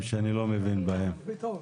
אפשר לראות אותה בעמודה הבהירה יותר.